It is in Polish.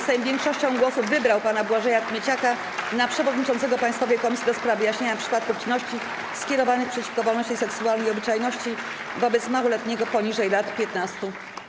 Sejm większością głosów wybrał pana Błażeja Kmieciaka na przewodniczącego Państwowej Komisji do spraw wyjaśniania przypadków czynności skierowanych przeciwko wolności seksualnej i obyczajności wobec małoletniego poniżej lat 15.